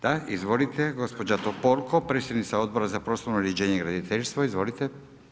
Da izvolite, gospođa Topolko predsjednica Odbora za prostorno uređenje i graditeljstvo, izvolite.